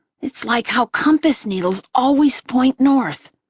it's like how compass needles always point north,